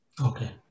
Okay